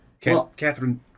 Catherine